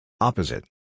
Opposite